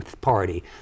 party